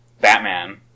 Batman